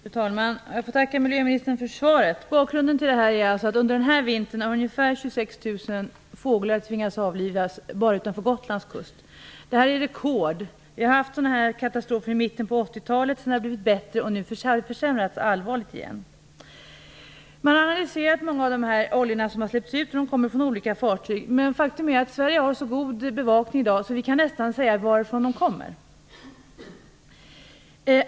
Fru talman! Jag får tacka miljöministern för svaret. Bakgrunden är att under den här vintern har man tvingats avliva ungefär 26 000 fåglar bara vid Gotlands kust. Detta är rekord. Vi har haft sådana katastrofer förut, vid mitten på 1980-talet, sedan har det blivit bättre och nu har det försämrats allvarligt igen. Man har analyserat många av dessa oljor som släppts ut. De kommer från olika fartyg, men faktum är att Sverige har så god bevakning i dag att vi nästan alltid kan säga varifrån de kommer.